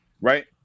Right